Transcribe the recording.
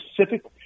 specific